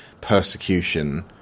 persecution